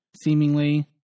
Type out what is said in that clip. seemingly